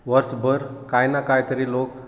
वर्स भर कांय ना कांय तरी लोक